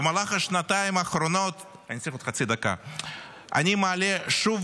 במהלך השנתיים האחרונות אני מעלה שוב